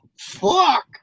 Fuck